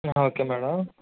okay madam